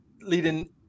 leading